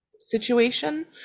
situation